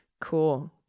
Cool